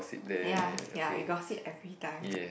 ya ya we got sick everytime